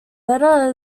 letter